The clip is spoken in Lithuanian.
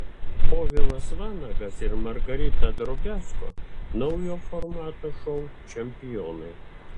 povilas vanagas ir margarita drobiazko naujo formato šou čempionai